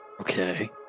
Okay